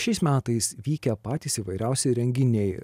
šiais metais vykę patys įvairiausi renginiai